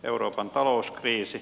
euroopan talouskriisi